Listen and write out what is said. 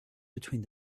between